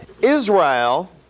Israel